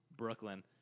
Brooklyn